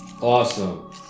Awesome